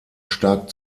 stark